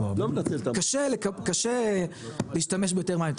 קשה להשתמש ביותר מים,